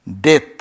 death